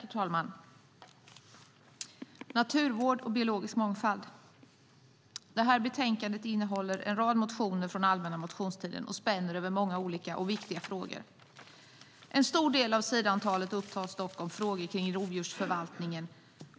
Herr talman! Vi debatterar nu naturvård och biologisk mångfald. Betänkandet innehåller en rad motioner från allmänna motionstiden och spänner över många olika och viktiga områden. En stor del av sidantalet upptas dock av frågor om rovdjursförvaltningen,